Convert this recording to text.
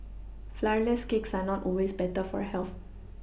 flourless cakes are not always better for health